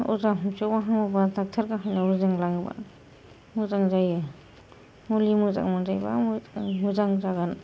अजा हमसेआवबो हामाबा डक्ट'र गाहायनाव जों लाङोबा मोजां जायो मुलि मोजां मोनजायोबा मोजां जागोन